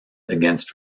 against